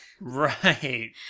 Right